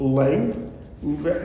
length